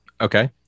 Okay